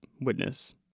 witness